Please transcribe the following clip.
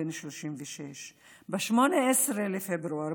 בן 36. ב-18 בפברואר,